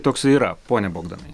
toks yra pone bogdanai